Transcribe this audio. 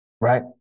right